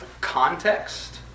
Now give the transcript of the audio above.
context